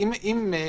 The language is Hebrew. לכן אני מתפלא,